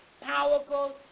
powerful